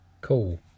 Cool